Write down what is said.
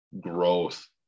growth